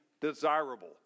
desirable